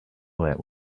that